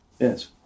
yes